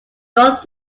both